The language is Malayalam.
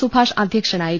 സുഭാഷ് അധ്യക്ഷനായിരുന്നു